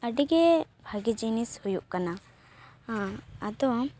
ᱟᱹᱰᱤ ᱜᱮ ᱵᱷᱟᱮᱤ ᱡᱤᱱᱤᱥ ᱦᱩᱭᱩᱜ ᱠᱟᱱᱟ ᱟᱫᱚ